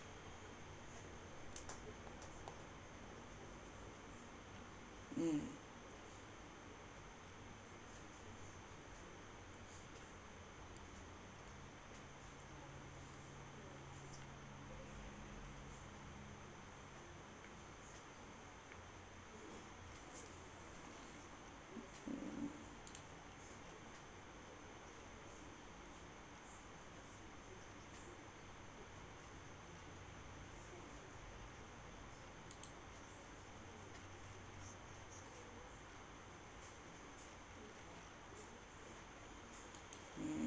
mm